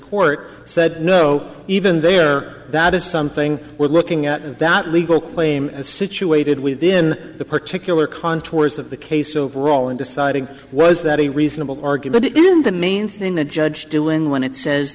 court said no even there that is something we're looking at that legal claim situated within the particular contours of the case overall in deciding was that a reasonable argument isn't the main thing the judge doing when it says